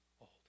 old